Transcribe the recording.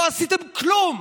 לא עשיתם כלום.